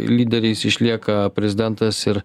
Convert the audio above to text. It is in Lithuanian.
lyderiais išlieka prezidentas ir